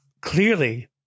clearly